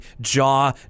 jaw